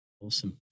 Awesome